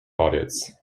audits